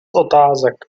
otázek